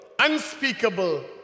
unspeakable